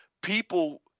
People